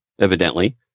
evidently